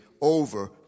over